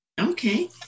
Okay